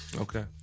Okay